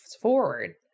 forward